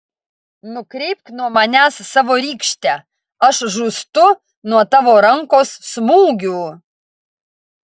nukreipk nuo manęs savo rykštę aš žūstu nuo tavo rankos smūgių